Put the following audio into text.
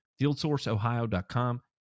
FieldSourceOhio.com